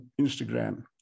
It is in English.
Instagram